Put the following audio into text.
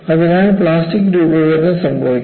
അതിനാൽ പ്ലാസ്റ്റിക് രൂപഭേദം സംഭവിക്കും